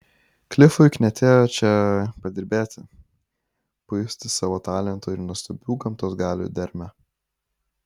klifui knietėjo čia padirbėti pajusti savo talento ir nuostabių gamtos galių dermę